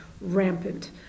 rampant